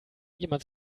jemand